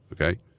okay